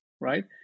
Right